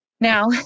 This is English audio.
Now